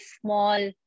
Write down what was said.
small